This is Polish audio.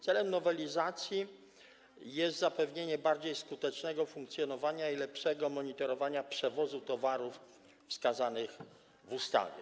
Celem nowelizacji jest zapewnienie bardziej skutecznego funkcjonowania i lepszego monitorowania przewozu towarów wskazanych w ustawie.